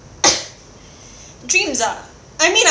dreams ah I mean I